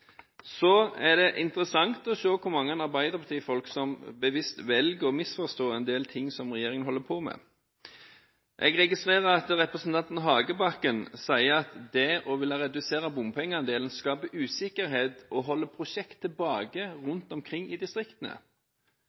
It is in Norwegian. er interessant å se hvor mange arbeiderpartifolk det er som bevisst velger å misforstå en del ting som regjeringen holder på med. Jeg registrerer at representanten Hagebakken sier at det å ville redusere bompengeandelen skaper usikkerhet og holder prosjekter rundt omkring i distriktene